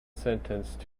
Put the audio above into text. sentenced